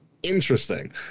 Interesting